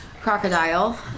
Crocodile